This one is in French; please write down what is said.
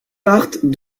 partent